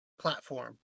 platform